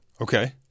Okay